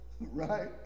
right